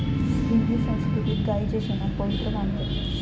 हिंदू संस्कृतीत गायीच्या शेणाक पवित्र मानतत